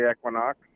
equinox